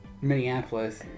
Minneapolis